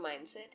mindset